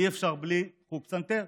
אי-אפשר בלי חוג פסנתר,